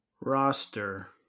Roster